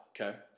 okay